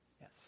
Yes